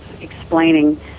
explaining